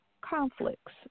conflicts